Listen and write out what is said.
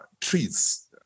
trees